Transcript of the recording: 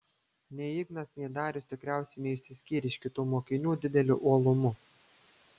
nei ignas nei darius tikriausiai neišsiskyrė iš kitų mokinių dideliu uolumu